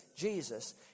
Jesus